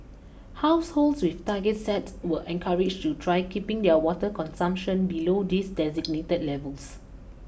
households with targets set were encouraged to try keeping their water consumption below these designated levels